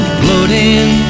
floating